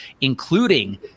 including